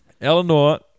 Eleanor